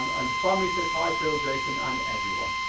and jaunmi says, hi phil, jason, and everyone.